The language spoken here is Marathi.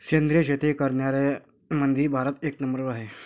सेंद्रिय शेती करनाऱ्याईमंधी भारत एक नंबरवर हाय